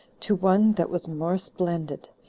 to one that was more splendid.